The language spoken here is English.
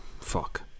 Fuck